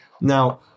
Now